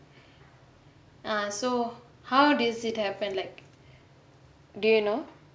ah so how does it happen like do you know